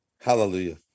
Hallelujah